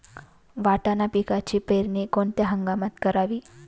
वाटाणा पिकाची पेरणी कोणत्या हंगामात करावी?